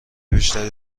بیشتری